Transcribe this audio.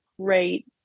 great